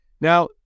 Now